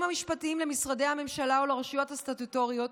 המשפטיים למשרדי הממשלה או לרשויות סטטוטוריות,